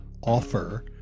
offer